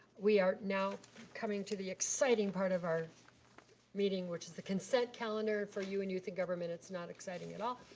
we are now coming to the exciting part of our meeting which is the consent calendar. for you in youth in government, it's not exciting at all.